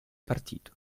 partito